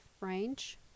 range